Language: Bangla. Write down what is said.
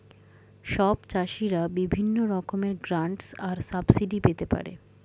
সব চাষীরা বিভিন্ন রকমের গ্র্যান্টস আর সাবসিডি পেতে পারে